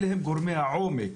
אלה הם גורמי העוני.